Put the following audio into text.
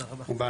תודה רבה לכם.